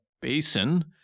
basin